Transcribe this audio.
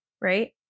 Right